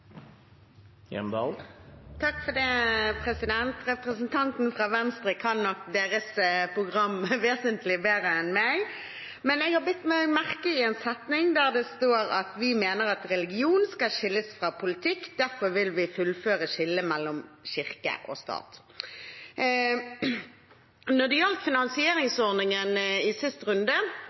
Representanten fra Venstre kan nok sitt program vesentlig bedre enn meg, men jeg har bitt meg merke i noen setninger, der det står: «Vi mener at religion skal skilles fra politikk. Derfor vil vi fullføre skillet mellom kirke og stat.» Når det gjaldt finansieringsordningen i siste runde,